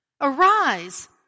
Arise